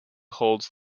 holds